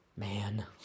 man